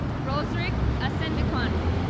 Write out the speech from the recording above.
roserick asentecon,